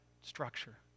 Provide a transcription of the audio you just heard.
structure